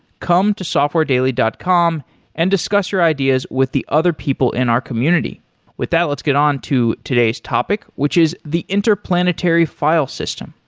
come to softwaredaily dot com and discuss your ideas with the other people in our community with that let's get on to today's topic, which is the interplanetary file system.